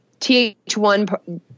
TH1